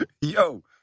Yo